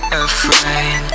afraid